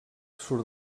surt